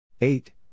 Eight